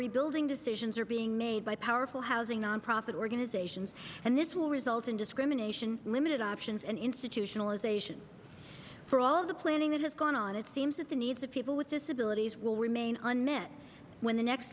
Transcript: rebuilding decisions are being made by powerful housing nonprofit organizations and this will result in discrimination limited options and institutionalization for all of the planning that has gone on it seems that the needs of people with disabilities will remain unmet when the next